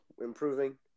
improving